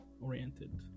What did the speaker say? oriented